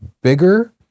bigger